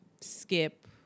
skip